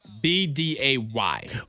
B-D-A-Y